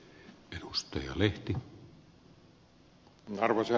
arvoisa herra puhemies